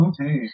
Okay